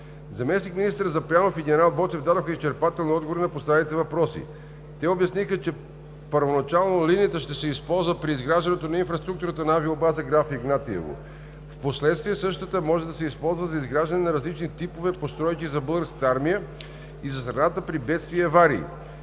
Заместник-министър Запрянов и генерал Боцев дадоха изчерпателни отговори на поставените въпроси. Те обясниха, че първоначално линията ще се използва при изграждане на инфраструктурата на авиобаза Граф Игнатиево. Впоследствие същата може да се използва за изграждане на различни типове постройки за Българската армия и за страната при бедствия и аварии.